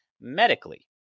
medically